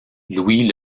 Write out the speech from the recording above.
louis